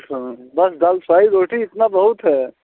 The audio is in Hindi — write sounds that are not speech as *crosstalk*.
*unintelligible* बस दाल फ़्राई रोटी इतना बहुत है